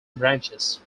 branches